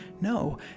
no